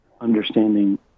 understanding